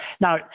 Now